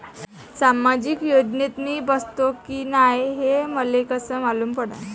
सामाजिक योजनेत मी बसतो की नाय हे मले कस मालूम पडन?